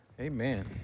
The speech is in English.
Amen